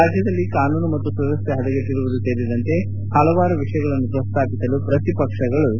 ರಾಜ್ಯದಲ್ಲಿ ಕಾನೂನು ಮತ್ತು ಸುವ್ಯವಸ್ಥೆ ಹದಗೆಟ್ಟಿರುವುದು ಸೇರಿದಂತೆ ಹಲವಾರು ವಿಷಯಗಳನ್ನು ಪ್ರಸ್ತಾಪಿಸಲು ಪ್ರತಿಪಕ್ಷಗಳು ಸಜ್ಜಾಗಿವೆ